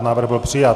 Návrh byl přijat.